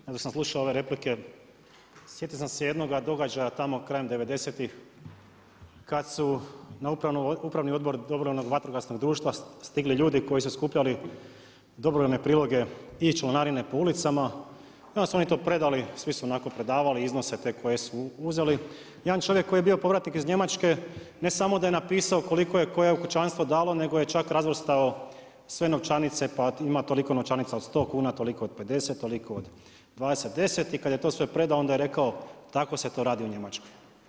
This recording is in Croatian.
Ja sam slušao ove replike, sjetio sam jednoga događaja tamo krajem devedesetih kad su na upravni odbor dobrovoljnog vatrogasnog društva stigli koji su skupljali dobrovoljne priloge i članarine po ulicama, onda su oni to predali, svi su onako predavali iznose te koje su uzeli, jedan čovjek koji je bio povratnik iz Njemačke ne samo da je napisao koliko je koje kućanstvo dalo nego je čak razvrstao sve novčanice pa ima toliko novčanica od 100 kuna, toliko od 50, toliko od 20, 10, i kad je to sve predao onda je rekao tako se to radi u Njemačkoj.